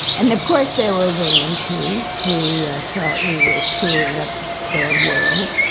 and of course there were women too who thought we were screwing up their world.